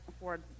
afford